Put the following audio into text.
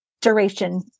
duration